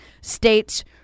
States